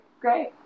Great